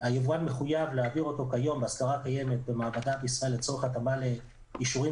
היבואן מחויב להעביר אותו כיום במעבדה בישראל לצורך התאמה לאישורים